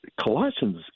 Colossians